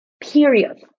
period